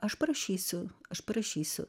aš parašysiu aš parašysiu